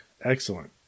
Excellent